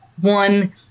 one